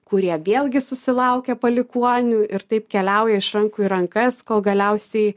kurie vėlgi susilaukia palikuonių ir taip keliauja iš rankų į rankas kol galiausiai